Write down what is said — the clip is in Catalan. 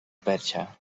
perxa